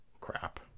crap